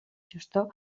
gestor